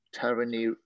tyranny